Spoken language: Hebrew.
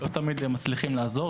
צריך להגיד שלא תמיד הם מצליחים לעזור.